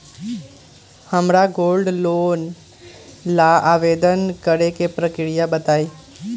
हमरा gold loan ला आवेदन करे के प्रक्रिया कृपया बताई